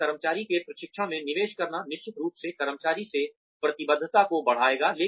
एक कर्मचारी के प्रशिक्षण में निवेश करना निश्चित रूप से कर्मचारी से प्रतिबद्धता को बढ़ाएगा